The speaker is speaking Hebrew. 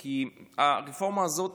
כי הרפורמה הזאת